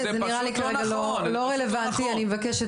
זה מרגיש לי לא כל כך רלוונטי ואני מבקשת.